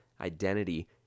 identity